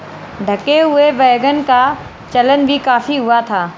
ढके हुए वैगन का चलन भी काफी हुआ था